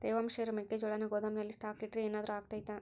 ತೇವಾಂಶ ಇರೋ ಮೆಕ್ಕೆಜೋಳನ ಗೋದಾಮಿನಲ್ಲಿ ಸ್ಟಾಕ್ ಇಟ್ರೆ ಏನಾದರೂ ಅಗ್ತೈತ?